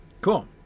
cool